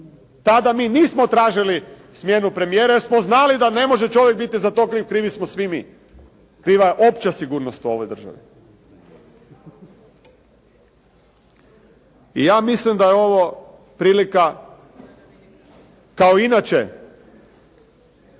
Tada mi nismo tražili smjenu premijera, jer smo znali da ne može biti čovjek za to kriv. Krivi smo svi mi, kriva je opća sigurnost u ovoj državi. I ja mislim da je ovo prilika kao i inače.